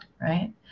right